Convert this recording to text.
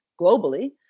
globally